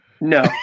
No